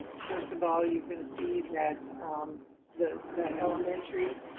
first of all, you can see that the the elementary,